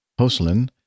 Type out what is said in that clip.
Hoslin